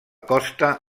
costa